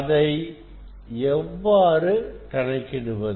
அதை எவ்வாறு கணக்கிடுவது